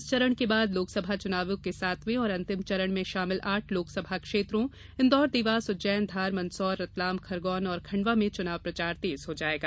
इस चरण के बाद लोकसभा चुनावों के सातवें और अंतिम चरण में शामिल आठ लोकसभा क्षेत्रों इन्दौर देवास उज्जैन धार मंदसौर रतलाम खरगोन और खंडवा में चुनाव प्रचार तेज हो जायेगा